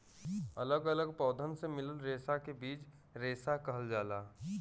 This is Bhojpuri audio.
अलग अलग पौधन से मिलल रेसा के बीज रेसा कहल जाला